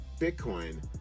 Bitcoin